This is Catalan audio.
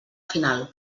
final